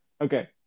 okay